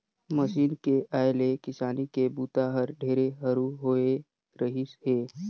machine के आए ले किसानी के बूता हर ढेरे हरू होवे रहीस हे